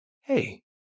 hey